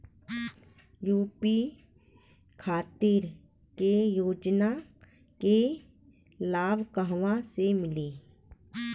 UP खातिर के योजना के लाभ कहवा से मिली?